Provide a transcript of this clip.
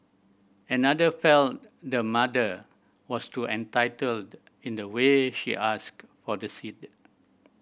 another felt the mother was too entitled in the way she asked for the seed